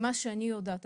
ממה שאני יודעת,